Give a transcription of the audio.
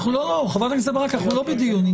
חברת הכנסת ברק, אנחנו לא בדיון.